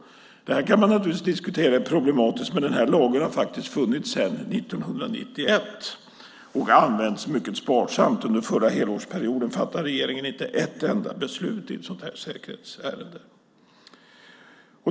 Där kan man naturligtvis diskutera hur problematiskt det är, men den här lagen har faktiskt funnits sedan 1991 och har använts mycket sparsamt. Under förra helårsperioden fattade regeringen inte ett enda beslut i ett sådant här säkerhetsärende.